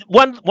one